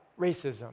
racism